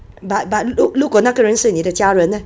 but but 如如果那个人是你的家人 leh